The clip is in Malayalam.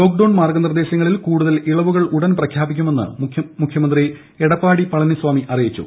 ലോക്ഡൌൺ മാർഗ്ഗനിർദ്ദേശങ്ങളിൽ കൂടുതൽ ഇളവുകൾ ഉടൻ പ്രഖ്യാപിക്കുമെന്ന് മുഖ്യമന്ത്രി എടപ്പാടി പളനിസ്വാമി അറിയിച്ചു